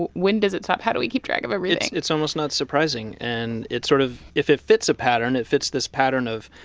but when does it stop? how do we keep track of everything? it's almost not surprising. and it sort of if it fits a pattern, it fits this pattern of,